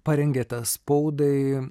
parengė spaudai